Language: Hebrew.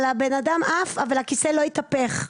הבן אדם עף אבל הכיסא לא התהפך.